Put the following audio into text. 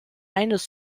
eines